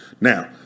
now